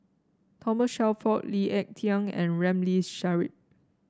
Thomas Shelford Lee Ek Tieng and Ramli Sarip